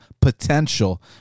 potential